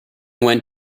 went